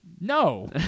No